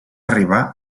arribar